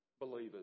believers